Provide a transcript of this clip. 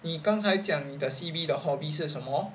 你刚才在讲你的 C_B 的 hobby 是什么